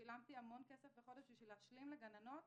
שילמתי המון כסף בחודש בשביל להשלים לגננות